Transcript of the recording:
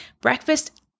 breakfast